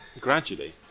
gradually